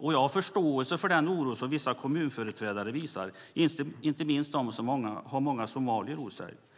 Jag har förståelse för den oro som vissa kommunföreträdare visar, inte minst de som har många somalier bosatta i kommunen.